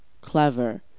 Clever